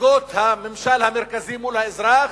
נציגות הממשל המרכזי מול האזרח.